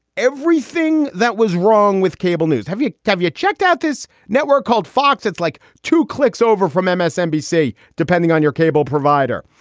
everything that was wrong with cable news. have you have you checked out this network called fox? it's like two clicks over from msnbc depending on your cable provider.